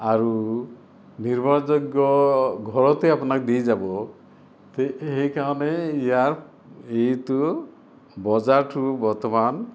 আৰু নিৰ্ভৰযোগ্য ঘৰতে আপোনাক দি যাব তে সেইকাৰণে ইয়াৰ এইটো বজাৰটো বৰ্তমান